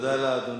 תודה לאדוני.